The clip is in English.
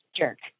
jerk